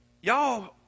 Y'all